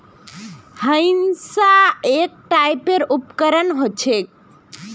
हंसिआ एक टाइपेर उपकरण ह छेक